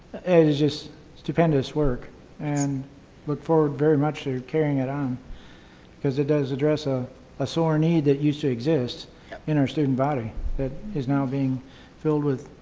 and it is just stupendous work and look forward very much to carrying it on because it does address a ah sore need that used to exist in our student body that is now being filled with,